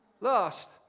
lost